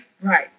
Right